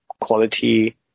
quality